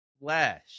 flesh